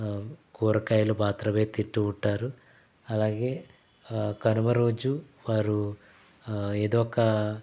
కూరగాయలు మాత్రమే తింటూ ఉంటారు అలాగే కనుమ రోజు వారు ఏదో ఒక